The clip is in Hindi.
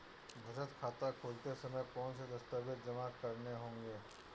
बचत खाता खोलते समय कौनसे दस्तावेज़ जमा करने होंगे?